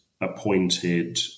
appointed